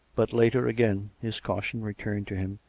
but later, again, his caution returned to him,